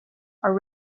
are